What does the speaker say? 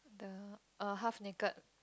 the (err)half naked